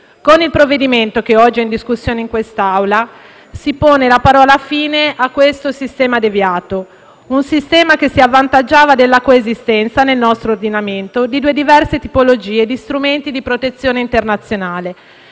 Con il provvedimento che oggi è in discussione in quest'Aula si pone la parola fine a un sistema deviato, che si avvantaggiava della coesistenza nel nostro ordinamento di due diverse tipologie di strumenti di protezione internazionale: